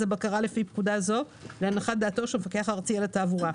הבקרה לפי פקודה זו להנחת דעתו של המפקח הארצי על התעבורה.